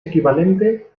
equivalente